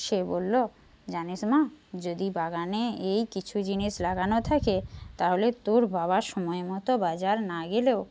সে বললো জানিস মা যদি বাগানে এই কিছু জিনিস লাগানো থাকে তাহলে তোর বাবা সময় মতো বাজার না গেলেও